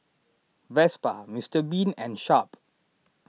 Vespa Mister Bean and Sharp